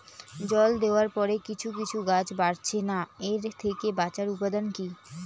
জল দেওয়ার পরে কিছু কিছু গাছ বাড়ছে না এর থেকে বাঁচার উপাদান কী?